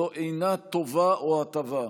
זו אינה טובה או הטבה.